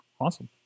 Awesome